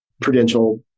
Prudential